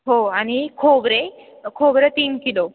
हो आणि खोबरे खोबरे तीन किलो